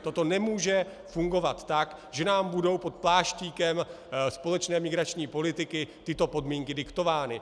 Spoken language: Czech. Toto nemůže fungovat tak, že nám budou pod pláštíkem společné migrační politiky tyto podmínky diktovány.